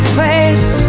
face